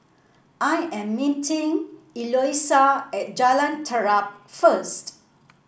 I am meeting Eloisa at Jalan Terap first